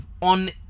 on